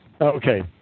Okay